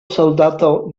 soldato